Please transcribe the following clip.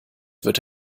wird